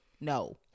no